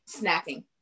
snacking